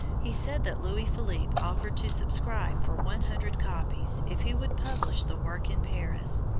he said that louis philippe offered to subscribe for one hundred copies if he would publish the work in paris.